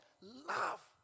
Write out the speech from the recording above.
Love